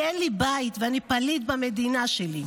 כי אין לי בית ואני פליט במדינה שלי,